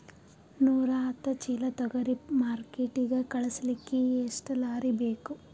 ನೂರಾಹತ್ತ ಚೀಲಾ ತೊಗರಿ ಮಾರ್ಕಿಟಿಗ ಕಳಸಲಿಕ್ಕಿ ಎಷ್ಟ ಲಾರಿ ಬೇಕು?